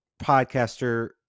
podcaster